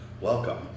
welcome